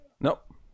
Nope